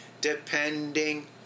depending